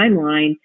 timeline